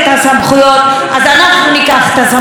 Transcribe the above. אז אנחנו ניקח את הסמכויות האלה לידיים שלנו.